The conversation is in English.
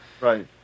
right